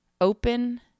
open